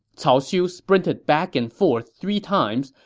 cao xiu sprinted back and forth three times,